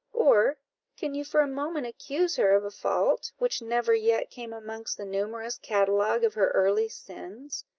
or can you for a moment accuse her of a fault, which never yet came amongst the numerous catalogue of her early sins?